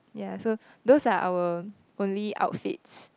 yeah so those are our only outfits